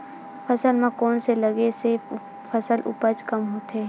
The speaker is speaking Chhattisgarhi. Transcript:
फसल म कोन से लगे से फसल उपज कम होथे?